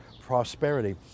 prosperity